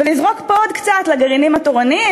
ולזרוק פה עוד קצת לגרעינים התורניים,